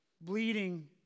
bleeding